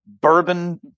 bourbon